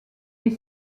est